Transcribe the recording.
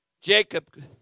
Jacob